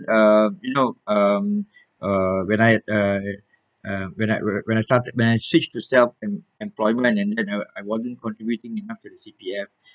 uh you know um uh when I uh um when I when I started to when I switch to self employment and you know I wasn't contributing enough to the C_P_F